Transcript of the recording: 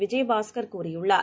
விஜயபாஸ்கர் கூறியுள்ளார்